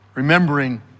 Remembering